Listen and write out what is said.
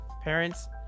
parents